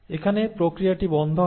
এখানে প্রক্রিয়াটি বন্ধ হবে